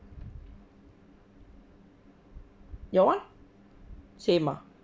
your one same ah